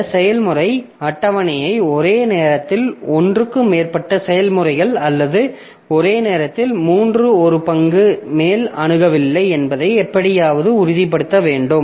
இந்த செயல்முறை அட்டவணையை ஒரே நேரத்தில் ஒன்றுக்கு மேற்பட்ட செயல்முறைகள் அல்லது ஒரே நேரத்தில் மூன்றில் ஒரு பங்குக்கு மேல் அணுகவில்லை என்பதை எப்படியாவது உறுதிப்படுத்த வேண்டும்